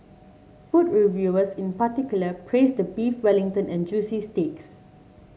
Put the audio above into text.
food reviewers in particular praised the Beef Wellington and juicy steaks